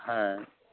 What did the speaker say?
হ্যাঁ